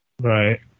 Right